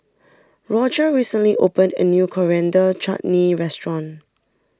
Rodger recently opened a new Coriander Chutney restaurant